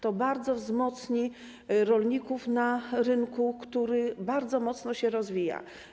To bardzo wzmocni rolników na rynku, który mocno się rozwija.